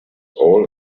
all